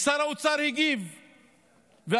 ושר האוצר הגיב ואמר: